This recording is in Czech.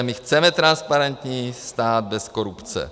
My chceme transparentní stát bez korupce.